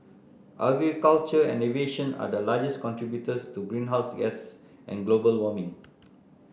agriculture and aviation are the largest contributors to greenhouse gases and global warming